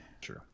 true